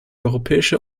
europäische